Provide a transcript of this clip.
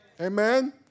Amen